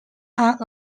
are